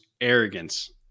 arrogance